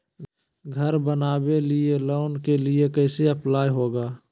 घर बनावे लिय लोन के लिए कैसे अप्लाई होगा?